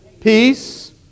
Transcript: peace